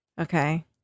Okay